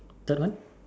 third one